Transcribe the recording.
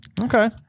Okay